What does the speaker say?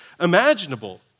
imaginable